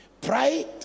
Pride